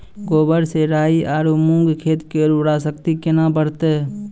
गोबर से राई आरु मूंग खेत के उर्वरा शक्ति केना बढते?